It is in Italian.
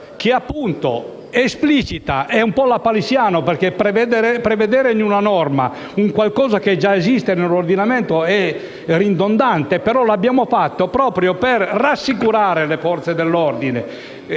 che esplicita tale concetto. È un po' lapalissiano, perché prevedere in una norma qualcosa che già esiste nell'ordinamento vigente è ridondante, ma lo abbiamo fatto proprio per rassicurare le Forze dell'ordine.